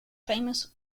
famous